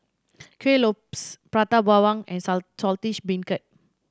Kuih Lopes Prata Bawang and Saltish Beancurd